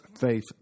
faith